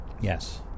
Yes